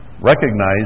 Recognize